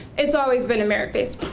it's always been merit-based.